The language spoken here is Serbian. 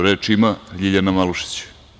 Reč ima Ljiljana Malušić.